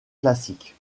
classiques